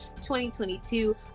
2022